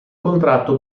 contratto